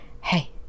Hey